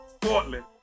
Portland